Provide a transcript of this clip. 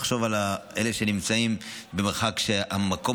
תחשוב על אלה שנמצאים במרחק שהמקום